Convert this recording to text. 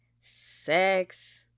sex